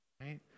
Right